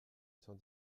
sans